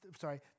Sorry